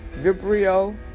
Vibrio